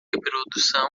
reprodução